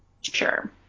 Sure